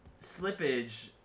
Slippage